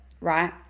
right